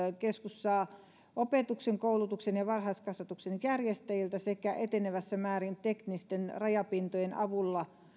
saa tiedot opetuksen koulutuksen ja varhaiskasvatuksen järjestäjiltä sekä etenevässä määrin teknisten rajapintojen avulla